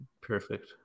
perfect